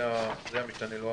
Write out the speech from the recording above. זה המשתנה.